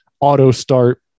auto-start